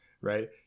right